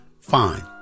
fine